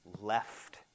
left